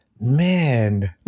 man